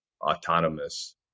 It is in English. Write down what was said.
autonomous